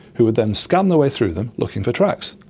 who would then scan their way through them looking for tracks.